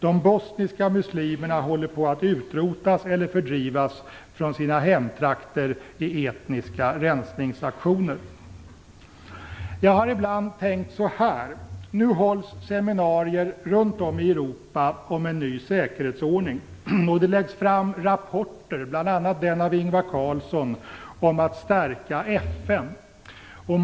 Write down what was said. De bosniska muslimerna håller på att utrotas eller fördrivas från sina hemtrakter i etniska rensningsaktioner. Jag har ibland tänkt så här: Nu hålls seminarier runt om i Europa om en ny säkerhetsordning. Det läggs fram rapporter, bl.a. den av Ingvar Carlsson, om att stärka FN.